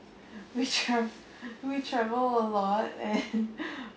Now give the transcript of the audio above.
we tra~ we travel a lot and